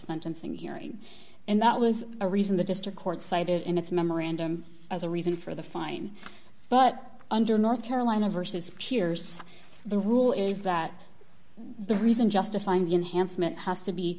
sentencing hearing and that was a reason the district court cited in its memorandum as a reason for the fine but under north carolina versus peers the rule is that the reason justifying the unhandsome it has to be